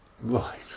Right